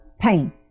pain